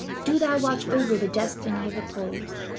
do thou watch over the destiny of the poles,